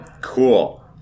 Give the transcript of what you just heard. Cool